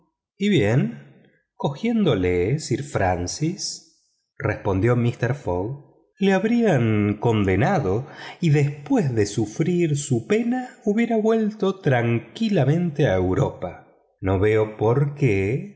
y bien agarrándole sir francis respondió mister fogg le habrían condenado y después de sufrir su pena hubiera vuelto tranquilamente a europa no veo por